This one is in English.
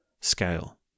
scale